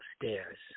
upstairs